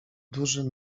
duży